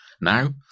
Now